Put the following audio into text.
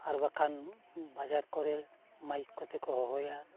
ᱟᱨ ᱵᱟᱝᱠᱷᱟᱱ ᱵᱟᱡᱟᱨ ᱠᱚᱨᱮ ᱢᱟᱭᱤᱠ ᱠᱚᱛᱮ ᱠᱚ ᱦᱚᱦᱚᱭᱟ